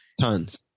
Tons